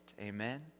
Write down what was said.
Amen